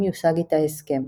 אם יושג איתה הסכם.